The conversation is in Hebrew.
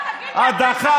איזה הדחה?